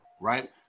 right